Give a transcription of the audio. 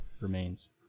remains